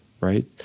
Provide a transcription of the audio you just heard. right